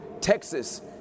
Texas